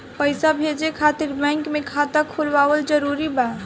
पईसा भेजे खातिर बैंक मे खाता खुलवाअल जरूरी बा?